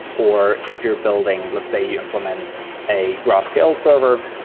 or if you're building, let's say you implement a graphql server.